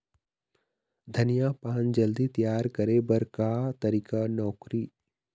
धनिया पान जल्दी तियार करे बर का तरीका नोकरी?